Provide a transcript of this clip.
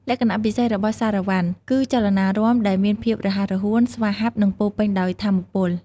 លក្ខណៈពិសេសរបស់សារ៉ាវ៉ាន់ គឺចលនារាំដែលមានភាពរហ័សរហួន ស្វាហាប់ និងពោរពេញដោយថាមពល។